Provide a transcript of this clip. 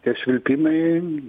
tie švilpimai